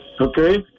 Okay